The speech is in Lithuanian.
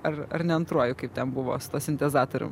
ar ar ne antruoju kaip ten buvo su sintezatorium